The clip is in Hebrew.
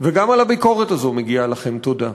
וגם על הביקורת הזאת מגיעה לכם תודה,